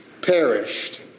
perished